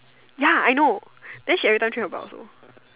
ya I know then she every time change about also